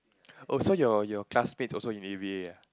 oh so your your classmates also in a_v_a ah